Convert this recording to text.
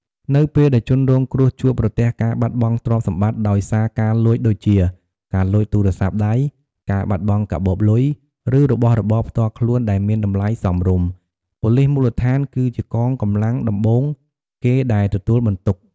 នៅពេលដែលជនរងគ្រោះជួបប្រទះការបាត់បង់ទ្រព្យសម្បត្តិដោយសារការលួចដូចជា ការលួចទូរស័ព្ទដៃ ការបាត់បង់កាបូបលុយ ឬរបស់របរផ្ទាល់ខ្លួនដែលមានតម្លៃសមរម្យ ប៉ូលិសមូលដ្ឋានគឺជាកងកម្លាំងដំបូងគេដែលទទួលបន្ទុក។